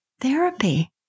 therapy